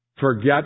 forget